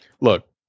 look